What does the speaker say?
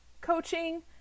coaching